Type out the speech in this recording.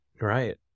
Right